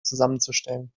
zusammenzustellen